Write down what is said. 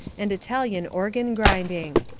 and italian organ grinding.